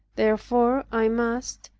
therefore, i must,